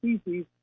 species